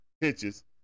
pitches